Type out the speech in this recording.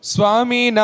Swami